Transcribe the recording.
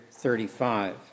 35